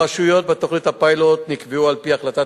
הרשויות בתוכנית הפיילוט נקבעו על-פי החלטת